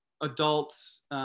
adults